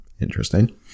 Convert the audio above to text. interesting